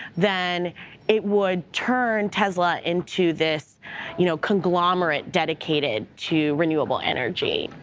then it would turn tesla into this you know conglomerate dedicated to renewable energy.